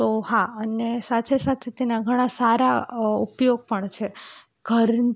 તો હા અને સાથે સાથે તેના ઘણા સારા ઉપયોગ પણ છે ઘર